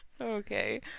Okay